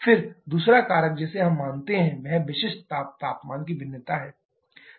फिर दूसरा कारक जिसे हम मानते हैं वह विशिष्ट ताप तापमान की भिन्नता है